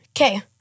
Okay